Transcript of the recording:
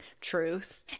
truth